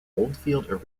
oldfield